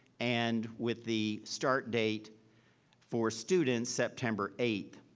and with the start date for students, september eighth,